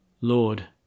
Lord